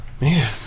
Man